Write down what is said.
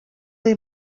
they